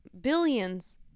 billions